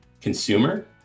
consumer